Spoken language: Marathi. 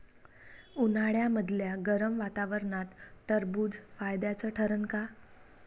उन्हाळ्यामदल्या गरम वातावरनात टरबुज फायद्याचं ठरन का?